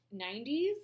90s